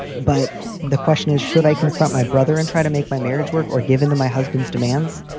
but the question is, should i confront my brother and try to make my marriage work or give in to my husband's demands?